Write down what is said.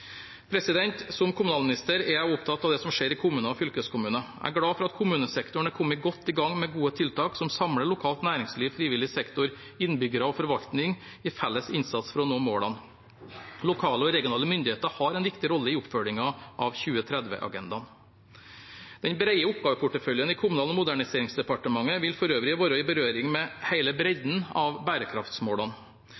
Som kommunalminister er jeg opptatt av det som skjer i kommuner og fylkeskommuner. Jeg er glad for at kommunesektoren er kommet godt i gang med gode tiltak som samler lokalt næringsliv, frivillig sektor, innbyggere og forvaltning i felles innsats for å nå målene. Lokale og regionale myndigheter har en viktig rolle i oppfølgingen av 2030-agendaen. Den brede oppgaveporteføljen i Kommunal- og moderniseringsdepartementet vil for øvrig være i berøring med